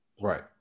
Right